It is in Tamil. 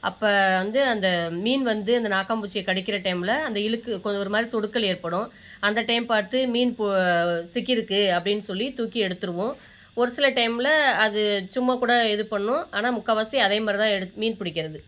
அப்போ வந்து அந்த மீன் வந்து அந்த நாக்காம் பூச்சியை கடிக்கிற டைமில் அந்த இழுக்கு கொஞ்சம் ஒரு மாதிரி சொடுக்கல் ஏற்படும் அந்த டைம் பார்த்து மீன் பு சிக்கியிருக்கு அப்படின்னு சொல்லி தூக்கி எடுத்துடுவோம் ஒரு சில டைமில் அது சும்மா கூட இது பண்ணும் ஆனால் முக்கால்வாசி அதே மாதிரி தான் எடு மீன் பிடிக்கிறது